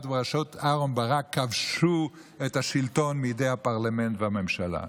בראשות אהרן ברק כבשו את השלטון מידי הפרלמנט והממשלה,